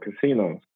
casinos